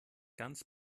ganz